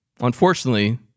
Unfortunately